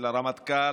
של הרמטכ"ל,